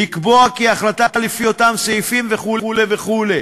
לקבוע כי ההחלטה לפי אותם סעיפים, וכו' וכו'.